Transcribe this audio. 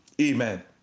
Amen